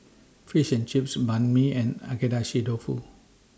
Fish and Chips Banh MI and Agedashi Dofu